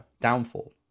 downfall